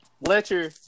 Letcher